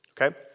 okay